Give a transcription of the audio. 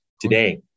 today